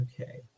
Okay